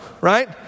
right